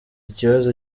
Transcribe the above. kibazo